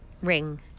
Ring